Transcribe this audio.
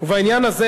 ובעניין הזה,